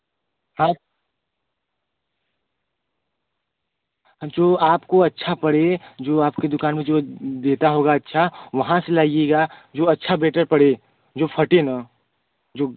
हाँ जो आपको अच्छा पड़े जो आपकी दुकान में जो एक देता होगा अच्छा वहाँ से लाईएगा जो अच्छा बैटर पड़े जो फटे न जो